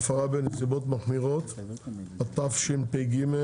(הפרה בנסיבות מחמירות), התשפ"ג-2023.